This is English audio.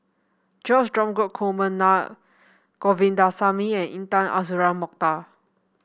George Dromgold Coleman Naa Govindasamy and Intan Azura Mokhtar